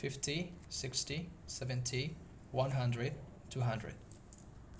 fifty sixty seventy one hundred two hundred